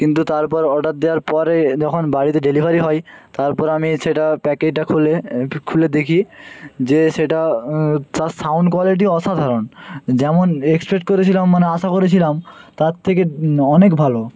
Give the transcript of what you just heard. কিন্তু তারপর অর্ডার দেওয়ার পরে যখন বাড়িতে ডেলিভারি হয় তারপর আমি সেটা প্যাকেটটা খুলে খুলে দেখি যে সেটা তার সাউন্ড কোয়ালিটি অসাধারণ যেমন এক্সপেক্ট করেছিলাম মানে আশা করেছিলাম তার থেকে অনেক ভালো